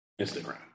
Instagram